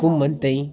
घुम्मन ताईं